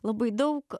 labai daug